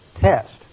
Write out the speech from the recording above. test